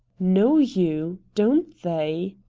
know you, don't they?